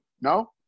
no